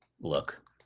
look